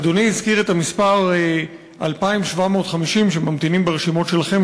אדוני הזכיר את המספר 2,750 שממתינים ברשימות שלכם,